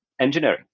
engineering